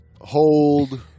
hold